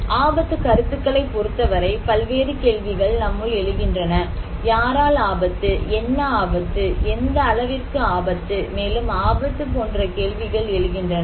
ஆபத்து கருத்துக்களை பொருத்தவரை பல்வேறு கேள்விகள் நம்முள் எழுகின்றன யாரால் ஆபத்து என்ன ஆபத்து எந்த அளவிற்கு ஆபத்து மேலும் ஆபத்து போன்ற கேள்விகள் எழுகின்றன